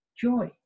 joy